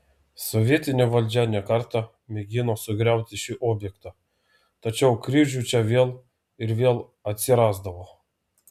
sovietinė valdžia ne kartą mėgino sugriauti šį objektą tačiau kryžių čia vėl ir vėl atsirasdavo